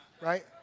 right